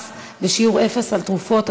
מס בשיעור אפס על תרופות),